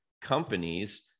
companies